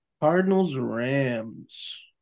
Cardinals-Rams